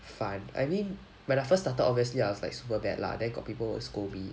fun I mean when I first started obviously I was like super bad lah then got people scold me